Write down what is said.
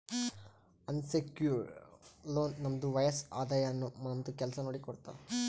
unsecured loan ನಮ್ದು ವಯಸ್ಸ್, ಆದಾಯ, ನಮ್ದು ಕೆಲ್ಸಾ ನೋಡಿ ಕೊಡ್ತಾರ್